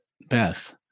Beth